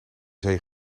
zee